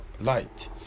light